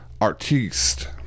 artiste